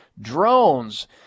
Drones